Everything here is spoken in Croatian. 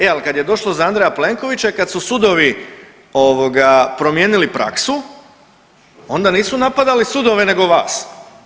E a kad je došlo za Andreja Plenkovića i kad su sudovi promijenili praksu, onda nisu napadali sudove nego vas.